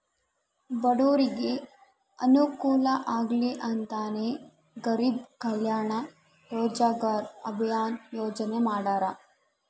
ಬಡೂರಿಗೆ ಅನುಕೂಲ ಆಗ್ಲಿ ಅಂತನೇ ಗರೀಬ್ ಕಲ್ಯಾಣ್ ರೋಜಗಾರ್ ಅಭಿಯನ್ ಯೋಜನೆ ಮಾಡಾರ